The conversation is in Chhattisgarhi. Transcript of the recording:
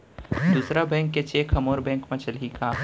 दूसर बैंक के चेक ह मोर बैंक म चलही का?